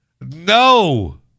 no